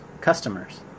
customers